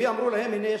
ואמרו להם: הנה,